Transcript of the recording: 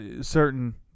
certain